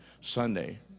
Sunday